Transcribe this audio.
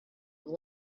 have